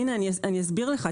אני אסביר לך,